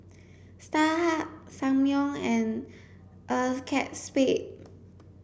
Starhub Ssangyong and ACEXSPADE